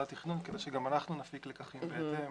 התכנון כדי שגם אנחנו נפיק לקחים בהתאם